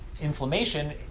inflammation